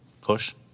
Push